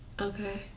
Okay